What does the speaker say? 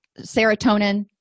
serotonin